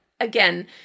again